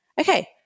okay